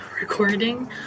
recording